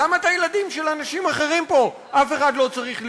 למה את הילדים של אנשים אחרים פה אף אחד לא צריך לקלוט?